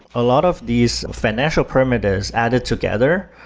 a lot of these financial primitives added together,